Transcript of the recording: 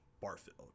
Barfield